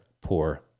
poor